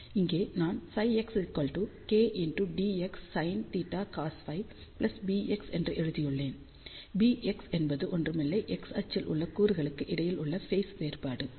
இங்கே நான் ψx k dx sinθcosΦβx என்று எழுதியுள்ளேன் βx என்பது ஒன்றும் இல்லை x அச்சில் உள்ள கூறுகளுக்கு இடையில் உள்ள ஃபேஸ் வேறுபாடு